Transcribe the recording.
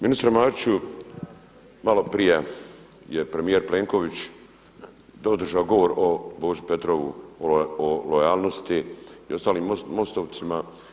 Ministre Mariću, malo prije je premijer Plenković održao govor o Boži Petrovu i lojalnosti i ostalim MOST-ovcima.